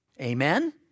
Amen